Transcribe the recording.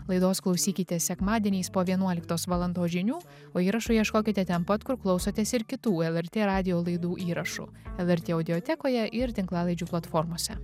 laidos klausykitės sekmadieniais po vienuoliktos valandos žinių o įrašų ieškokite ten pat kur klausotės ir kitų lrt radijo laidų įrašų lrt audiotekoje ir tinklalaidžių platformose